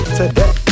today